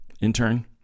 intern